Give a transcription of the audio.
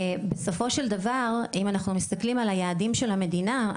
בסופו של דבר אם אנחנו מסתכלים על היעדים של המדינה,